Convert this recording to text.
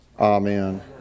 Amen